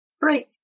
break